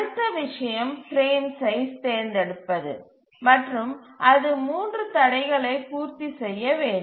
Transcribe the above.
அடுத்த விஷயம் frame size தேர்ந்தெடுப்பது மற்றும் அது 3 தடைகளை பூர்த்தி செய்ய வேண்டும்